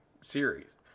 series